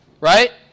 Right